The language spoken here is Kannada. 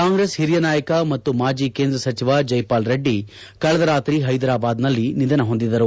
ಕಾಂಗ್ರೆಸ್ ಹಿರಿಯ ನಾಯಕ ಮತ್ತು ಮಾಜಿ ಕೇಂದ್ರ ಸಚಿವ ಜೈಪಾಲ್ ರೆಡ್ಡಿ ಕಳೆದ ರಾತ್ರಿ ಹೈದರಾಬಾದ್ನಲ್ಲಿ ನಿಧನ ಹೊಂದಿದರು